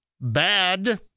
bad